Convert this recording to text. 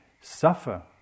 suffer